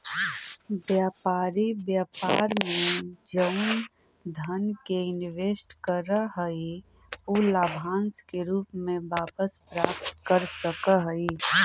व्यापारी व्यापार में जउन धन के इनवेस्ट करऽ हई उ लाभांश के रूप में वापस प्राप्त कर सकऽ हई